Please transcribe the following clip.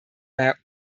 daher